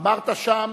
אמרת שם,